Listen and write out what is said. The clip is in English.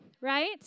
right